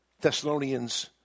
thessalonians